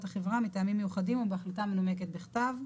החברה מטעמים מיוחדים ובהחלטה מנומקת בכתב.